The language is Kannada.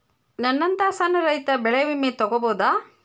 ನನ್ನಂತಾ ಸಣ್ಣ ರೈತ ಬೆಳಿ ವಿಮೆ ತೊಗೊಬೋದ?